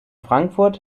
frankfurt